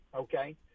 Okay